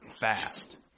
fast